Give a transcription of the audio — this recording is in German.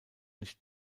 nicht